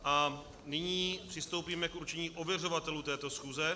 A nyní přistoupíme k určení ověřovatelů této schůze.